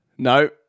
No